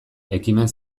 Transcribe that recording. ekimen